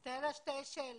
סטלה, שתי שאלות.